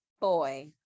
boy